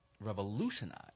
revolutionize